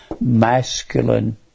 masculine